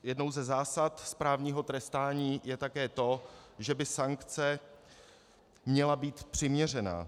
Jednou ze zásad správního trestání je také to, že by sankce měla být přiměřená.